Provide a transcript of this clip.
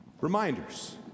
reminders